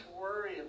worry